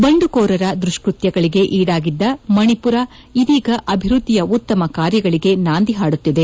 ಬಂಡುಕೋರರ ದುಷ್ಟ ತ್ಯಗಳಿಗೆ ಈಡಾಗಿದ್ದ ಮಣಿಪುರ ಇದೀಗ ಅಭಿವ್ವದ್ದಿಯ ಉತ್ತಮ ಕಾರ್ಯಗಳಿಗೆ ನಾಂದಿ ಹಾಡುತ್ತಿದೆ